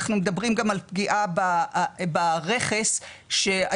אנחנו מדברים גם על פגיעה ברכס שהיום